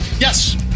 yes